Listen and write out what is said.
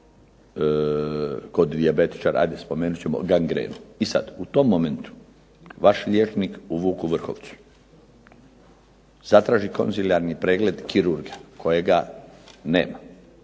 kod dijabetičara, ajde spomenut ću gangrenu. I sada u tom momentu vaš liječnik u Vuk Vrhovcu zatraži konzilijarni pregled kirurga kojega nema,